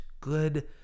good